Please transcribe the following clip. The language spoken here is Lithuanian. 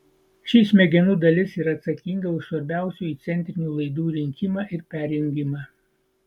ši smegenų dalis yra atsakinga už svarbiausių įcentrinių laidų rinkimą ir perjungimą